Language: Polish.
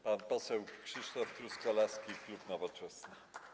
Pan poseł Krzysztof Truskolaski, klub Nowoczesna.